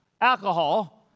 alcohol